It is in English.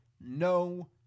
no